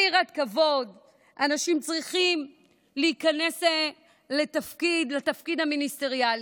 ביראת כבוד אנשים צריכים להיכנס לתפקיד המיניסטריאלי,